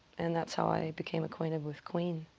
and that's how i became acquainted with queen,